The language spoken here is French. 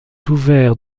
ouvert